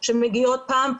שמגיעות פעם,